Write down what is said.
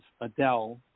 Adele